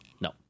No